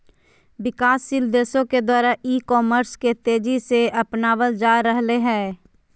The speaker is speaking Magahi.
विकासशील देशों के द्वारा ई कॉमर्स के तेज़ी से अपनावल जा रहले हें